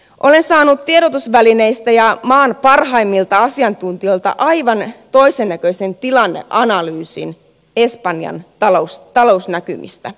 olen saanut tiedotusvälineistä ja maan parhaimmilta asiantuntijoilta aivan toisennäköisen tilanneanalyysin espanjan talousnäkymistä